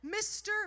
Mr